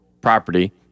property